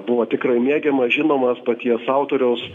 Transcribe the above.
buvo tikrai mėgiamas žinomas paties autoriaus